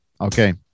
Okay